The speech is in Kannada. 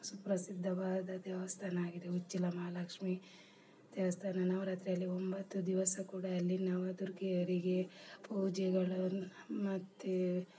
ಸುಪ್ರಸಿದ್ದವಾದ ದೇವಸ್ಥಾನ ಆಗಿದೆ ಉಚ್ಚಿಲ ಮಹಾಲಕ್ಷ್ಮಿ ದೇವಸ್ಥಾನ ನವರಾತ್ರಿಯಲ್ಲಿ ಒಂಬತ್ತು ದಿವಸ ಕೂಡ ಇಲ್ಲಿ ನವದುರ್ಗೆಯರಿಗೆ ಪೂಜೆಗಳನ್ನು ಮತ್ತೆ